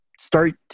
start